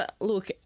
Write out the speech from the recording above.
Look